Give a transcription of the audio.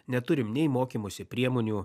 neturim nei mokymosi priemonių